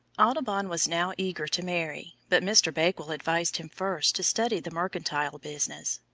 audubon was now eager to marry, but mr. bakewell advised him first to study the mercantile business.